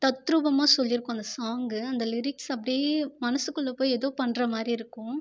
தத்ரூபமாக சொல்லி இருக்கும் அந்த சாங் அந்த லிரிக்ஸ் அப்படியே மனசுக்குள்ளே போய் ஏதோ பண்ணுற மாதிரி இருக்கும்